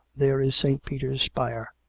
there is st. peter's spire.